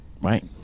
Right